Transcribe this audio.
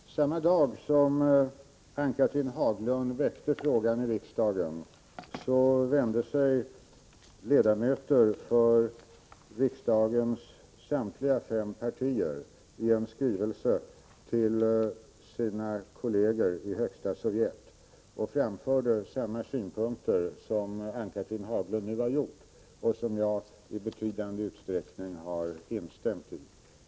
Herr talman! Samma dag som Ann-Cathrine Haglund ställde frågan i riksdagen vände sig ledamöter av riksdagens samtliga fem partier i en skrivelse till sina kolleger i Högsta Sovjet och framförde samma synpunkter som Ann-Cathrine Haglund nu har framfört och som jag i betydande utsträckning har instämt i.